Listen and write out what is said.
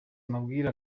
amabwire